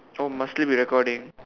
oh must leave it recording